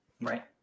Right